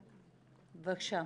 בבקשה.